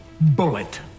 bullet